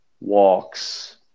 walks